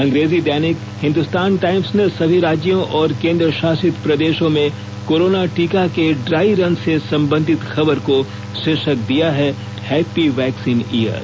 अंग्रेजी दैनिक हिन्दुस्तान टाईम्स ने सभी राज्यों और केंद्र शासित प्रदेशों में कोरोना टीका के ड्राई रन से संबंधित खबर को शीर्षक दिया है हैप्पी वैक्सीन ईयर